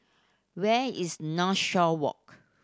where is Northshore Walk